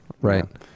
right